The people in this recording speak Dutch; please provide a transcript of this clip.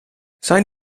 zijn